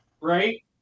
right